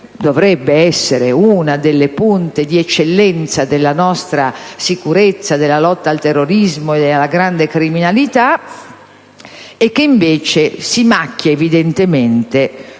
dovrebbe essere una delle punte di eccellenza della nostra sicurezza, della lotta al terrorismo ed alla grande criminalità, ed invece si macchia, ovviamente